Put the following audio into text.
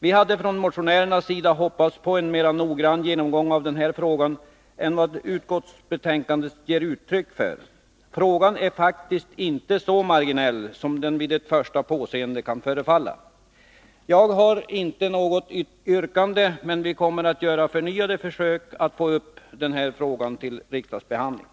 Vi hade från motionärernas sida hoppats på en mera noggrann genomgång av denna fråga än vad utskottsbetänkandet ger uttryck för. Frågan är faktiskt inte så marginell som den vid ett första påseende kan förefalla. Jag har inte något yrkande, men vi kommer att göra förnyade försök att få upp denna fråga till riksdagsbehandling.